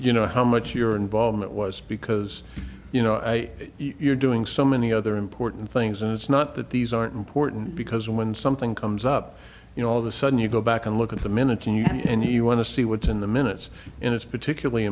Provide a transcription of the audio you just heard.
you know how much your involvement was because you know i you're doing so many other important things and it's not that these aren't important because when something comes up you know all the sudden you go back and look at the minutes and you want to see what's in the minutes and it's particularly